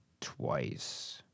Twice